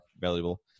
valuable